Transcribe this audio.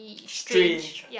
strange